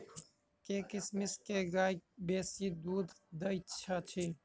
केँ किसिम केँ गाय बेसी दुध दइ अछि?